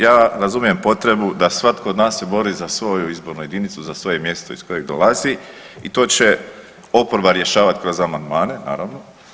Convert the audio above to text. Ja razumijem potrebu da se svatko od nas bori za svoju izbornu jedinicu, za svoje mjesto iz kojeg dolazi i to će oporba rješavati kroz amandmane naravno.